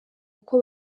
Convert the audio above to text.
uko